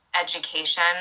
education